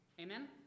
Amen